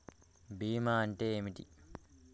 బీమా అంటే ఏమిటి?